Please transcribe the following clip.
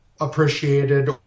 appreciated